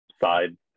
side